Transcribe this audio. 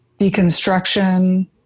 deconstruction